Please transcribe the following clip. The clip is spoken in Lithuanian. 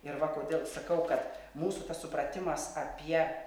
ir va kodėl sakau kad mūsų tas supratimas apie